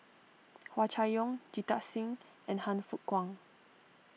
Hua Chai Yong Jita Singh and Han Fook Kwang